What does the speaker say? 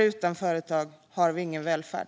Utan företag har vi ingen välfärd.